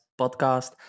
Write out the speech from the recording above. podcast